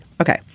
Okay